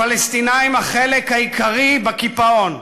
לפלסטינים החלק העיקרי בקיפאון.